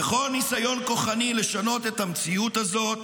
וכל ניסיון כוחני לשנות את המציאות הזאת,